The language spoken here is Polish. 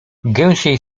gęsiej